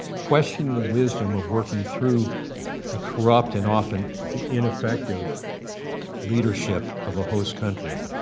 questioning the wisdom of working through a corrupt and often ineffective leadership of a host country.